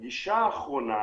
הגישה האחרונה